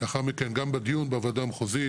לאחד מכן גם בדיון בוועדה המחוזית,